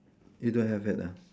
you don't have it ah